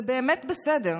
זה באמת בסדר.